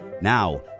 Now